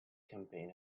campaign